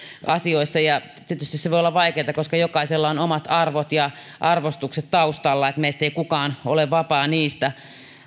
asioissa tietysti se voi olla vaikeata koska jokaisella on omat arvot ja arvostukset taustalla meistä ei kukaan ole vapaa niistä